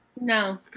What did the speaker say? No